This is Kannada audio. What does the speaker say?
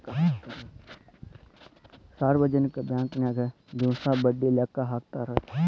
ಸಾರ್ವಜನಿಕ ಬಾಂಕನ್ಯಾಗ ದಿವಸ ಬಡ್ಡಿ ಲೆಕ್ಕಾ ಹಾಕ್ತಾರಾ